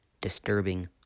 disturbing